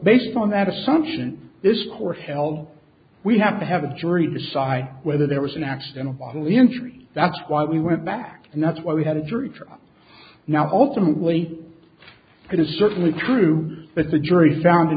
based on that assumption this court held we have to have a jury decide whether there was an accidental injury that's why we went back and that's why we had a jury trial now ultimately going to certainly true but the jury found